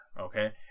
okay